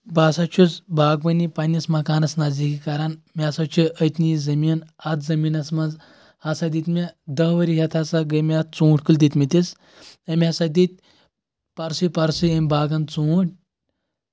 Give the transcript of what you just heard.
بہٕ ہسا چھُس باغوٲنی پنٕنِس مکانس نزدیٖک کران مےٚ ہسا چھِ أتنی زٔمیٖن اتھ زٔمیٖنس منٛز ہسا دِتۍ مےٚ دہ ؤری یتھ ہسا گٔے مےٚ اتھ ژوٗنٛٹھۍ کُلۍ دِتمٕتِس أمۍ ہسا دِتۍ پرسٕے پرسٕے أمۍ باغن ژوٗنٛٹھۍ